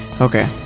Okay